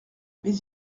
mais